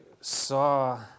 saw